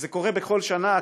זה קורה בכל שנה,